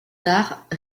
tard